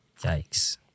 yikes